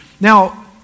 Now